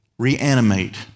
reanimate